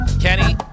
Kenny